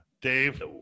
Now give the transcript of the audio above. Dave